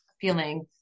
feeling